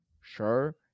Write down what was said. sure